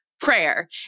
prayer